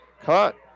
caught